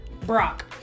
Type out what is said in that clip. Brock